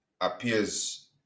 appears